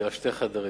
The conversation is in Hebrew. דירת שני חדרים.